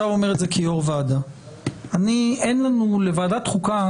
כיושב-ראש ועדה אני אומר אין לוועדת חוקה